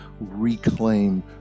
reclaim